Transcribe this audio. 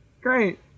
Great